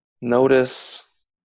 Notice